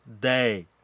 day